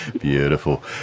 Beautiful